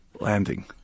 landing